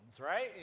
right